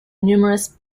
numerous